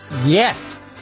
Yes